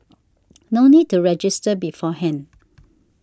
no need to register beforehand